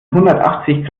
hundertachzig